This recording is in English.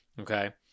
Okay